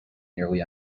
nearly